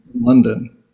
London